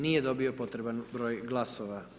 Nije dobio potreban broj glasova.